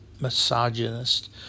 misogynist